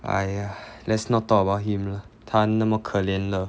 !aiya! let's not talk about him lah 他那么可怜了